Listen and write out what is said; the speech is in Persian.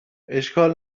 اشکال